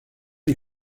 les